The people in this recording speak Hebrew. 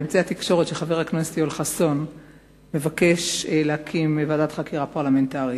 באמצעי התקשורת שחבר הכנסת יואל חסון מבקש להקים ועדת חקירה פרלמנטרית.